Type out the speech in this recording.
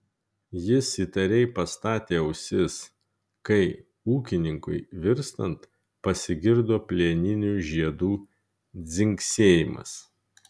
jis įtariai pastatė ausis kai ūkininkui virstant pasigirdo plieninių žiedų dzingsėjimas